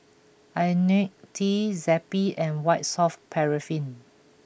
Ionil T Zappy and White Soft Paraffin